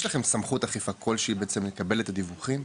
לכם סמכות אכיפה כלשהי לקבל את הדיווחים?